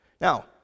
Now